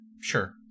sure